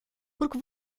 porque